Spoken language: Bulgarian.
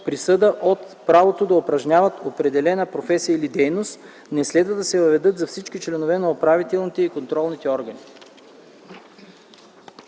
присъда от правото да упражняват определена професия или дейност, не следва да се въведат за всички членове на управителните и контролните органи.